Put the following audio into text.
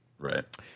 Right